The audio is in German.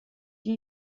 die